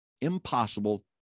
impossible